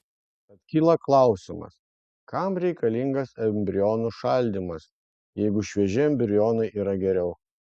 tad kyla klausimas kam reikalingas embrionų šaldymas jeigu švieži embrionai yra geriau